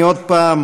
אני עוד פעם